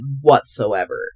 whatsoever